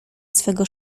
swego